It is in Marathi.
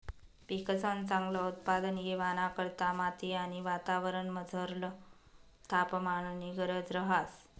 पिकंसन चांगल उत्पादन येवाना करता माती आणि वातावरणमझरला तापमाननी गरज रहास